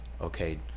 okay